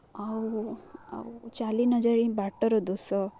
ଆଉ ଆଉ ଚାଲି ନ ଜାଣି ବାଟର ଦୋଷ